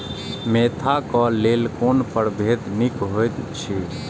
Mentha क लेल कोन परभेद निक होयत अछि?